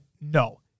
no